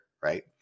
right